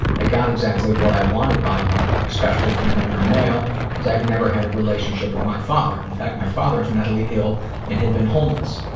i got exactly what i wanted by lying especially from an older male because i've never had a relationship with my father. in fact, my father is mentally ill and had been homeless.